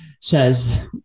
says